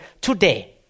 today